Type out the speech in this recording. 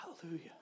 Hallelujah